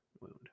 wound